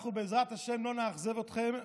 אנחנו בעזרת השם לא נאכזב אתכם,